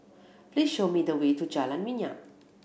please show me the way to Jalan Minyak